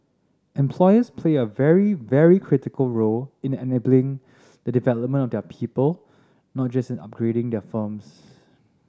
employers play a very very critical role in enabling the development of their people not just in upgrading their firms